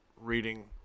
reading